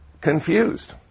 confused